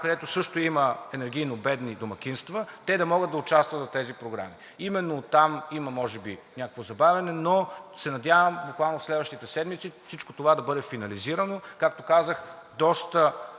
където също има енергийно бедни домакинства, да могат да участват в тези програми. Именно оттам може би има някакво забавяне, но се надявам, буквално в следващите седмици, всичко това да бъде финализирано. Както казах: доста